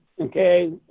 okay